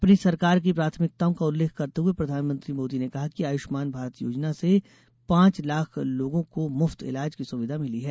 अपनी सरकार की प्राथमिकताओं का उल्लेख करते हुए प्रधानमंत्री मोदी ने कहा कि आयुष्मान भारत योजना से पांच लाख लोगों को मुफ्त ईलाज की सुविधा मिली है